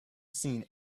seen